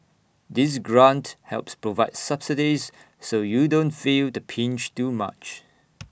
this grant helps provide subsidies so you don't feel the pinch too much